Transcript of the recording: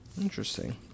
Interesting